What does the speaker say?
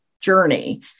journey